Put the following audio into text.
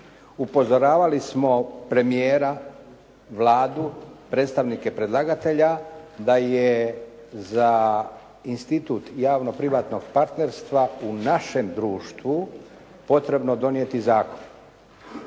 upozoravali smo premijera, Vladu, predstavnike predlagatelja da je za institut javno-privatnog partnerstva u našem društvu potrebno donijeti zakon.